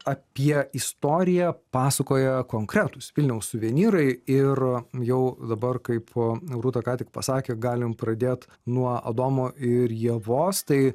apie istoriją pasakoja konkretūs vilniaus suvenyrai ir jau dabar kaipo rūta ką tik pasakė galim pradėt nuo adomo ir ievos tai